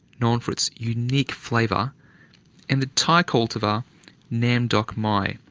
known for its unique flavour and the thai cultivar nam doc mai,